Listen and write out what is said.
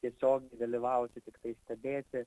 tiesiogiai dalyvauti tiktai stebėti